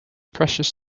precious